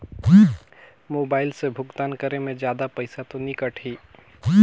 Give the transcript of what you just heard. Mobile से भुगतान करे मे जादा पईसा तो नि कटही?